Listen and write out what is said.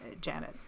Janet